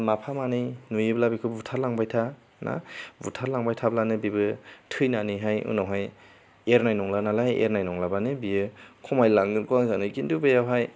माफा मानै नुयोब्ला बेखौ बुथार लांबाय था ना बुथार लांबाय थाब्लानो बेबो थैनानैहाय उनावहाय एरनाय नंला नालाय एरनाय नंलाबानो बियो खमायलांगोनखौ आं सानो खिन्थु बेयावहाय